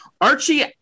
Archie